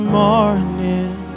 morning